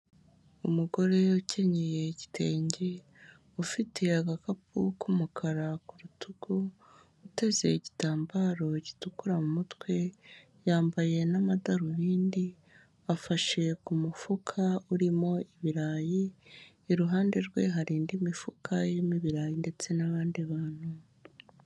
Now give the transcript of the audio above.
Umugore yakenyeye igitenge, ufite agakapu k'umukara ku rutugu, uteze igitambaro gitukura mu mutwe, yambaye n'amadarubindi, afashe ku mufuka urimo ibirayi, iruhande rwe hari indi mifuka irimo ibirayi ndetse n'abandi bantu.